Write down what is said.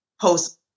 post